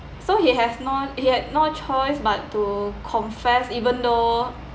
so he has non he had no choice but to confess even though